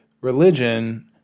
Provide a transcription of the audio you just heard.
religion